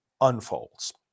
unfolds